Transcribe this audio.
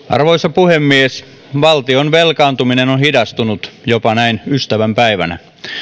arvoisa puhemies valtion velkaantuminen on hidastunut jopa näin ystävänpäivänä